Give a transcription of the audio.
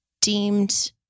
deemed